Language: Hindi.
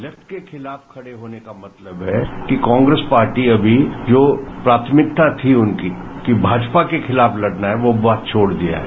लेफ्ट के खिलाफ खड़े होने का मतलब है कि कांग्रेस पार्टी अमी जो प्राथमिकता थी उनकी कि भाजपा को खिलाफ लड़ना है वो बात छोड़ दिया है